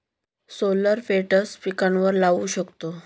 solar plates पिकांवर लाऊ शकतो